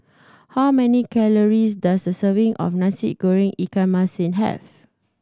how many calories does a serving of Nasi Goreng ikan masin have